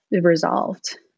resolved